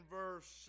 verse